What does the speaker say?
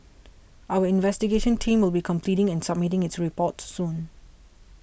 our investigation team will be completing and submitting its report soon